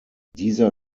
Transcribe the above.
dieser